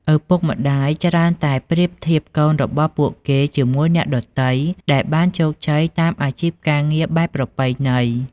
ឪពុកម្ដាយច្រើនតែប្រៀបធៀបកូនរបស់ពួកគេជាមួយអ្នកដទៃដែលបានជោគជ័យតាមអាជីពការងារបែបប្រពៃណី។